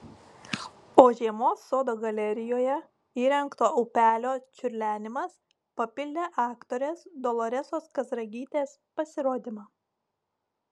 o žiemos sodo galerijoje įrengto upelio čiurlenimas papildė aktorės doloresos kazragytės pasirodymą